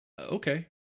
okay